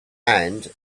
and